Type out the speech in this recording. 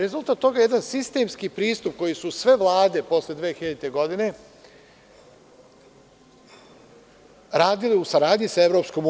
Rezultat toga je jedan sistemski pristup koji su sve vlade posle 2000. godine radile u saradnji sa EU.